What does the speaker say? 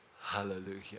Hallelujah